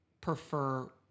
prefer